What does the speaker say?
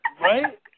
Right